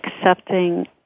accepting